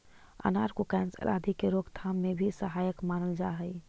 अनार को कैंसर आदि के रोकथाम में भी सहायक मानल जा हई